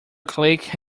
click